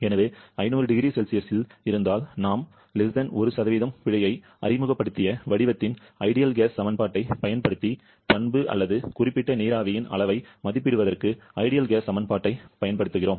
எனவே 500 0C இல் இருந்தால் நாம் 1 பிழையை அறிமுகப்படுத்திய வடிவத்தின் சிறந்த வாயு சமன்பாட்டைப் பயன்படுத்தி பண்பு அல்லது குறிப்பிட்ட நீராவியின் அளவை மதிப்பிடுவதற்கு சிறந்த வாயு சமன்பாட்டைப் பயன்படுத்தினால்